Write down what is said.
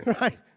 right